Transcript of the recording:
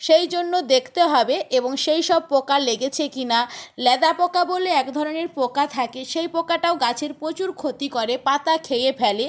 সেই জন্য দেখতে হবে এবং সেই সব পোকা লেগেছে কি না ল্যাদা পোকা বলে এক ধরনের পোকা থাকে সেই পোকাটাও গাছের প্রচুর ক্ষতি করে পাতা খেয়ে ফেলে